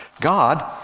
God